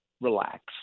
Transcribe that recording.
relax